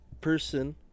person